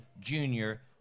junior